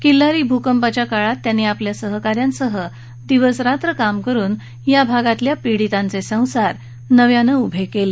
किल्लारी भूकंपाच्या काळात त्यांनी आपल्या सहकाऱ्यांसह दिवसरात्र काम करून या भागातील पिडीतांचे संसार नव्याने उभे केले